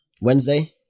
wednesday